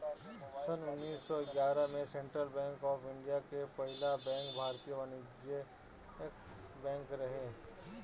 सन्न उन्नीस सौ ग्यारह में सेंट्रल बैंक ऑफ़ इंडिया के पहिला बैंक भारतीय वाणिज्यिक बैंक रहे